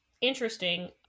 Interesting